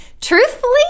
Truthfully